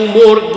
more